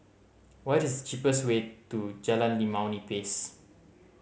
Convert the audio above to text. what is the cheapest way to Jalan Limau Nipis